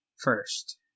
first